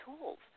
tools